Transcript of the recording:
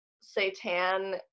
Satan